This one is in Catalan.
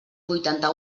vuitanta